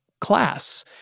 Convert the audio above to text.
class